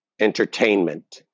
Entertainment